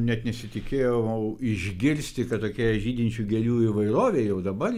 net nesitikėjau išgirsti kad tokia žydinčių gėlių įvairovė jau dabar